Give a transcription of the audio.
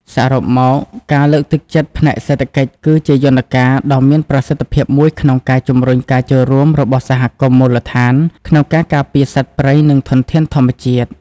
សរុបមក ការលើកទឹកចិត្តផ្នែកសេដ្ឋកិច្ចគឺជាយន្តការដ៏មានប្រសិទ្ធភាពមួយក្នុងការជំរុញការចូលរួមរបស់សហគមន៍មូលដ្ឋានក្នុងការការពារសត្វព្រៃ និងធនធានធម្មជាតិ។